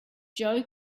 joe